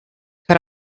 cut